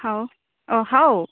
ꯍꯥꯎ ꯑꯣ ꯍꯥꯎ